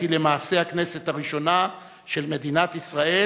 היא למעשה הכנסת הראשונה של מדינת ישראל,